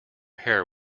hair